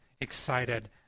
excited